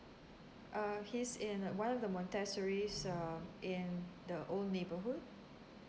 err he's in uh one the montessori um in the old neighbourhood